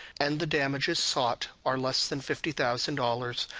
and the damages sought are less than fifty thousand dollars,